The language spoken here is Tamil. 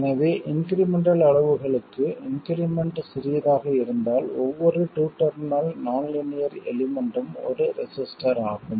எனவே இன்க்ரிமெண்ட்டல் அளவுகளுக்கு இன்க்ரிமெண்ட் சிறியதாக இருந்தால் ஒவ்வொரு டூ டெர்மினல் நான் லீனியர் எலிமெண்ட்டும் ஒரு ரெசிஸ்டர் ஆகும்